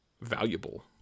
valuable